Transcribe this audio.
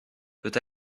peut